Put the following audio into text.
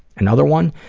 another one?